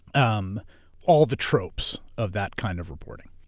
um all the tropes of that kind of reporting.